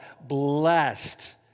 blessed